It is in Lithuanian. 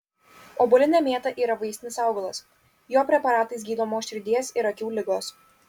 obuolinė mėta yra vaistinis augalas jo preparatais gydomos širdies ir akių ligos